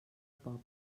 poble